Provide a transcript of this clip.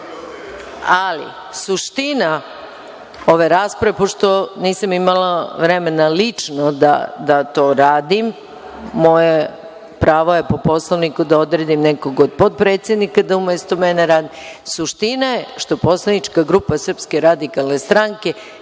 suština ove rasprave, pošto nisam imala vremena lično da to radim, moje pravo je po Poslovniku da odredim nekoga od potpredsednika da umesto mene rade. Suština je što poslanička grupa SRS nije dobila